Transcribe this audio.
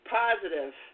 positive